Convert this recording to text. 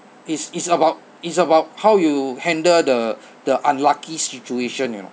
it's it's about it's about how you handle the the unlucky situation you know